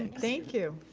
and thank you.